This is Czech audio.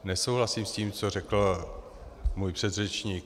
Nesouhlasím s tím, co řekl můj předřečník.